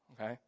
okay